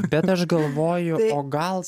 bet aš galvoju o gal